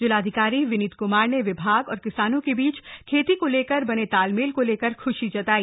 जिलाधिकारी विनीत कुमार ने विभाग और किसानों के बीच खेती को लेकर बने तालमेल को लेकर ख्शी जताई